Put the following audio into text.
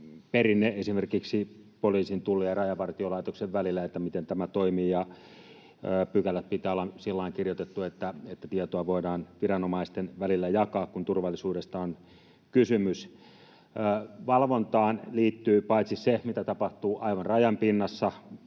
esimerkiksi poliisin, Tullin ja Rajavartiolaitoksen välillä, miten tämä toimii, ja pykälien pitää olla sillä tavalla kirjoitetut, että tietoa voidaan viranomaisten välillä jakaa, kun turvallisuudesta on kysymys. Valvontaan liittyy se, mitä tapahtuu aivan rajan pinnassa,